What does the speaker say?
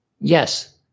Yes